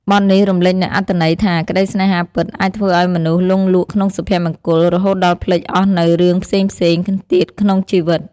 បទនេះរំលេចនូវអត្ថន័យថា ក្តីស្នេហាពិតអាចធ្វើឲ្យមនុស្សលង់លក់ក្នុងសុភមង្គល រហូតដល់ភ្លេចអស់នូវរឿងផ្សេងៗទៀតក្នុងជីវិត។